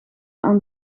aan